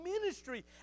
ministry